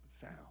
found